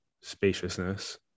spaciousness